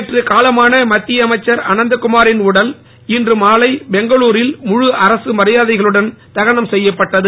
நேற்று காலமான மத்திய அமைச்சர் அனந்த குமாரின் உடல் இன்று பெங்களுரில் முழு அரசு மரியாதைகளுடன் தகனம் மாலை செய்யப்பட்டது